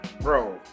bro